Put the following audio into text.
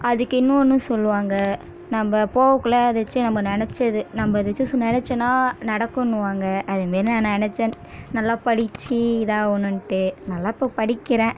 அதுக்கு இன்னொன்னும் சொல்வாங்க நம்ம போகக்குள்ள ஏதாச்சும் நம்ம நெனைச்சது நம்ம ஏதாச்சும் நெனச்சோடனா நடக்கும்னுவாங்க அதுமாரி நான் நெனைச்சேன் நல்லா படித்து இதாக ஆகணுன்ட்டு நல்லா இப்போ படிக்கிறேன்